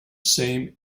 same